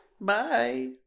Bye